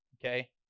okay